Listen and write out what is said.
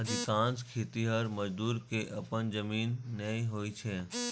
अधिकांश खेतिहर मजदूर कें अपन जमीन नै होइ छै